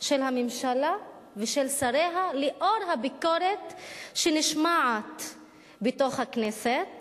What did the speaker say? של הממשלה ושל שריה לאור הביקורת שנשמעת בתוך הכנסת